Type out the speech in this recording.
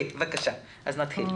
בבקשה, נתחיל.